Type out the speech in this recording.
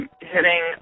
Hitting